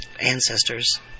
ancestors